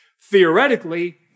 Theoretically